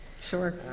Sure